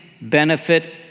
benefit